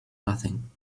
nothing